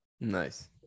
Nice